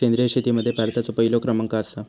सेंद्रिय शेतीमध्ये भारताचो पहिलो क्रमांक आसा